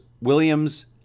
Williams-